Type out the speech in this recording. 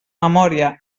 memòria